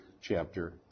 chapter